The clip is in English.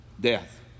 death